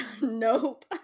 Nope